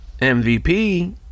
MVP